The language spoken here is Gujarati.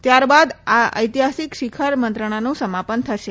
ત્યારબાદ આ ઐતિહાસિક શિખર મંત્રણાનું સમાપન થશે